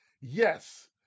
Yes